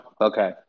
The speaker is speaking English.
Okay